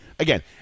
Again